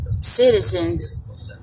citizens